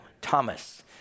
Thomas